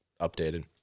updated